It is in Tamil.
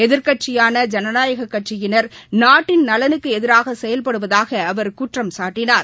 எதிர்க்கட்சியான ஐனநாயகக் கட்சியினர் நாட்டின் நலனுக்கு எதிராக செயல்படுவதாக அவர் குற்றம்சாட்டினார்